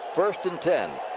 first and ten.